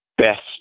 best